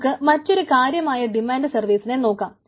നമുക്ക് മറ്റൊരു കാര്യമായി ഡിമാന്റ് സർവീസിനെ നോക്കാം